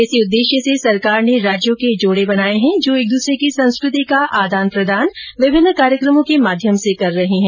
इसी उद्देश्य से सरकार ने राज्यों के जोर्डे बनाये है जो एक दूसरे की संस्कृति का आदान प्रदान विभिन्न कार्यक्रमों के माध्यम से कर रहे है